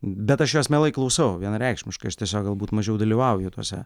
bet aš jos mielai klausau vienareikšmiškai aš tiesiog galbūt mažiau dalyvauju tuose